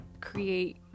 create